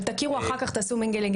תגיעו ישר לבעיה.